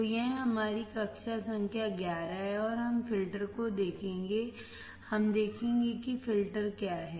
तो यह हमारी कक्षा संख्या 11 है और हम फ़िल्टर को देखेंगे हम देखेंगे कि फ़िल्टर क्या हैं